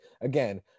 again